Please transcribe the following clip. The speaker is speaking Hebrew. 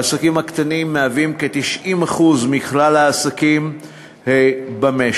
העסקים הקטנים הם כ-90% מכלל העסקים במשק